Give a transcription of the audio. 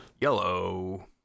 Yellow